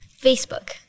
Facebook